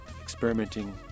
experimenting